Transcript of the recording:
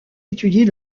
étudie